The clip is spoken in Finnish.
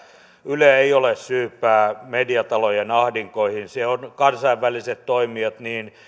yle ei ole syypää mediatalojen ahdinkoihin vaan se on kansainväliset toimijat